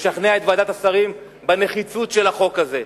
לשכנע את ועדת השרים בנחיצות של החוק הזה,